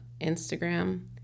Instagram